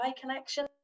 connection